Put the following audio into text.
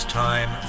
time